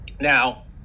now